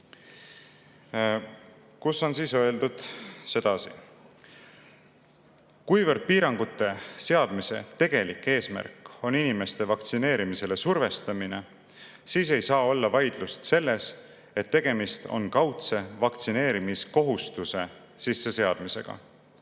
kus on öeldud sedasi: "Kuivõrd piirangute seadmise tegelik eesmärk on inimeste vaktsineerimisele survestamine, siis ei saa olla vaidlust selles, et tegemist on kaudse vaktsineerimiskohustuse sisseseadmisega.